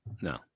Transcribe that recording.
No